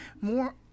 more